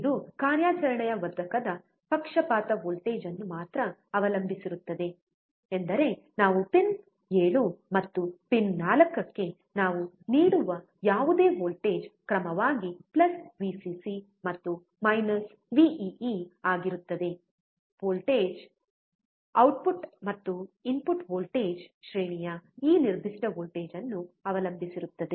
ಇದು ಕಾರ್ಯಾಚರಣೆಯ ವರ್ಧಕದ ಪಕ್ಷಪಾತ ವೋಲ್ಟೇಜ್ ಅನ್ನು ಮಾತ್ರ ಅವಲಂಬಿಸಿರುತ್ತದೆ ಎಂದರೆ ನಾವು ಪಿನ್ 7 ಮತ್ತು ಪಿನ್ 4 ಗೆ ನಾವು ನೀಡುವ ಯಾವುದೇ ವೋಲ್ಟೇಜ್ ಕ್ರಮವಾಗಿ ವಿಸಿಸಿ Vcc ಮತ್ತು Vಇಇ ಆಗಿರುತ್ತದೆ ವೋಲ್ಟೇಜ್ಔಟ್ಪುಟ್ ಮತ್ತು ಇನ್ಪುಟ್ ವೋಲ್ಟೇಜ್ ಶ್ರೇಣಿಯ ಈ ನಿರ್ದಿಷ್ಟ ವೋಲ್ಟೇಜ್ ಅನ್ನು ಅವಲಂಬಿಸಿರುತ್ತದೆ